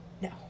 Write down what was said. no